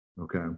Okay